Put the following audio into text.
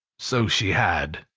so she had,